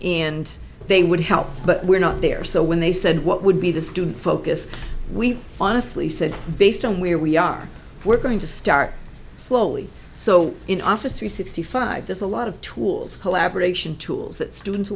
and they would help but we're not there so when they said what would be the student focus we honestly said based on where we are we're going to start slowly so in office three sixty five there's a lot of tools collaboration tools that students